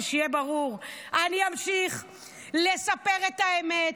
ושיהיה ברור: אני אמשיך לספר את האמת,